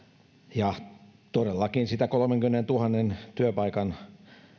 ja todellakin sitä kolmenkymmenentuhannen työpaikan